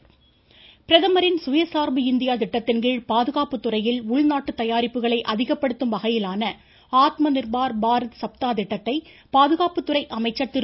ராஜ்நாத்சிங் பிரதமரின் சுயசார்பு இந்தியா திட்டத்தின்கீழ் பாதுகாப்புத்துறையில் உள்நாட்டு தயாரிப்புகளை அதிகப்படுத்தும் வகையிலான ஆத்மநிர்பார் பாரத் சப்தா திட்டத்தை பாதுகாப்புத்துறை அமைச்சர் திரு